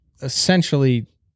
essentially